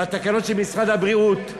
והתקנות של משרד הבריאות,